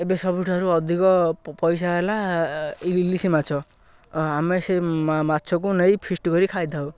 ଏବେ ସବୁଠାରୁ ଅଧିକ ପଇସା ହେଲା ଇଲିଶି ମାଛ ଆମେ ସେ ମାଛକୁ ନେଇ ଫିଷ୍ଟ କରି ଖାଇଥାଉ